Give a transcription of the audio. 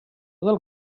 del